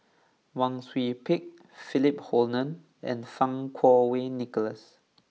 Wang Sui Pick Philip Hoalim and Fang Kuo Wei Nicholas